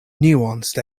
nuanced